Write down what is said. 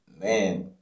man